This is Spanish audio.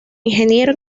ingeniero